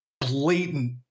blatant